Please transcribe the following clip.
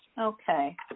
Okay